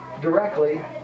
directly